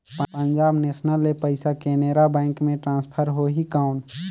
Punjab national ले पइसा Canara bank मे ट्रांसफर होहि कौन?